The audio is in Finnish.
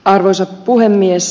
arvoisa puhemies